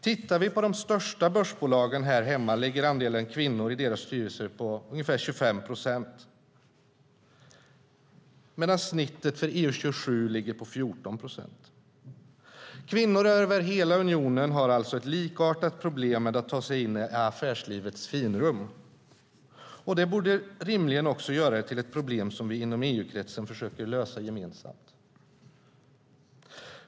Tittar vi på de största börsbolagen här hemma ligger andelen kvinnor i deras styrelser på ungefär 25 procent medan snittet för EU-27 ligger på 14 procent. Kvinnor över hela unionen har alltså ett likartat problem med att ta sig in i affärslivets finrum. Det borde rimligen också göra det till ett problem som vi inom EU-kretsen försöker lösa gemensamt.